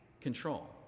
control